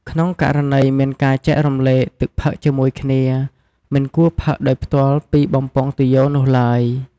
ក្នុងករណីមានការចែករំលែកទឹកផឹកជាមួយគ្នា មិនគួរផឹកដោយផ្ទាល់ពីបំពង់ទុយោនោះឡើយ។